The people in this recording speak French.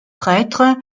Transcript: prêtre